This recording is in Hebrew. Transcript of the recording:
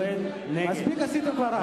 מספיק עשיתם כבר רעש.